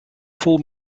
vol